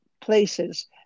places